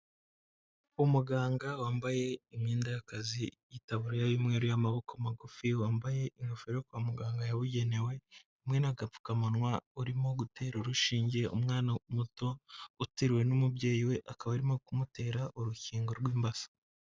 Umuganga wambaye imyenda y'akazi y’itaburiya y'umweru y'amaboko magufi, wambaye ingofero yo kwa muganga yabugenewe hamwe n'agapfukamunwa, urimo gutera urushinge umwana muto uteruwe n'umubyeyi we, akaba arimo kumutera urukingo rw'imbasa.